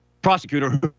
Prosecutor